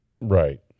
Right